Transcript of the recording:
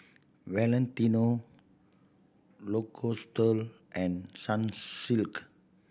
Valentino Lacoste and Sunsilk